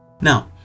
now